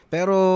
Pero